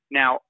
now